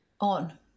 on